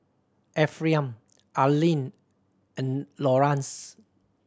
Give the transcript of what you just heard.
Ephraim Arleen and Lawrance